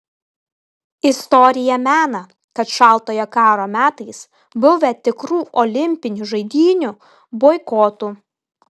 istorija mena kad šaltojo karo metais buvę tikrų olimpinių žaidynių boikotų